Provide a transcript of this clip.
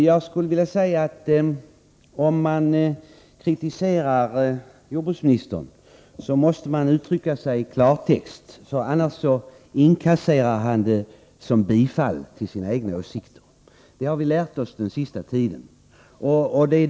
Fru talman! Om man kritiserar jordbruksministern så gäller det att uttrycka sig i klartext. Annars inkasserar han det man säger som ett bifall till sina egna åsikter. Det har vi lärt oss på den senaste tiden.